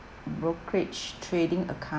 brokerage trading account